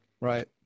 Right